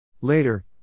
Later